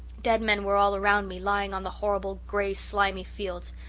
dead men were all around me, lying on the horrible grey, slimy fields.